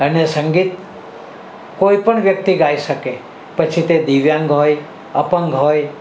અને સંગીત કોઈપણ વ્યક્તિ ગાઈ શકે પછી તે દિવ્યાંગ હોય અપંગ હોય